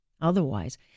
Otherwise